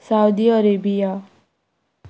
Saudi Arabia